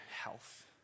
health